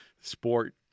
sport